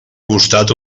costat